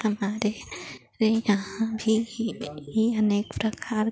हमारे यहाँ भी अनेक प्रकार की